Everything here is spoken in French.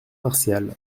martial